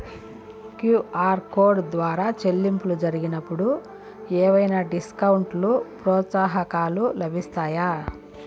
QR code ద్వారా చెల్లింపులు జరిగినప్పుడు ఏవైనా డిస్కౌంట్ లు, ప్రోత్సాహకాలు లభిస్తాయా?